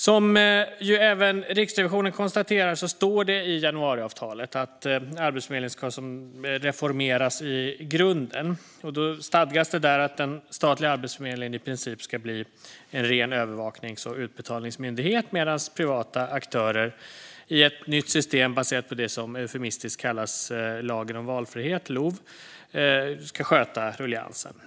Som även Riksrevisionen konstaterar står det i januariavtalet att Arbetsförmedlingen ska reformeras i grunden. Där stadgades det att den statliga Arbetsförmedlingen i princip ska bli en ren övervaknings och utbetalningsmyndighet medan privata aktörer i ett nytt system baserat på att det som eufemistiskt kallas lagen om valfrihet, LOV, sköter ruljangsen.